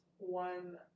one